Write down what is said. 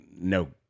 no